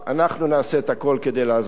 אנחנו נעשה את הכול כדי לעזור לה.